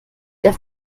der